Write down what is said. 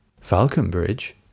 Falconbridge